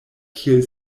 kiel